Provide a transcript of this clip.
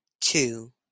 two